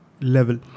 level